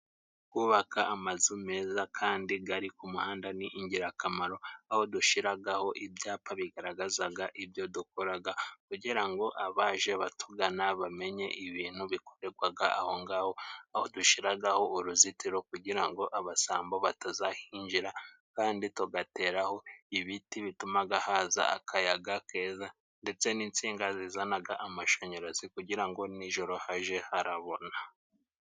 Kubaka amazu meza kandi gari ku muhanda ni ingirakamaro, aho dushyiragaho ibyapa bigaragazaga ibyo dukoraga kugira ngo abaje batugana bamenye ibintu bikorerwaga aho ngaho, aho dushyiragaho uruzitiro kugira ngo abasambo batazahinjira, kandi tugateraho ibiti bitumaga haza akayaga keza, ndetse n'insinga zizanaga amashanyarazi kugira ngo nijoro haje harabona.